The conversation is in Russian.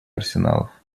арсеналов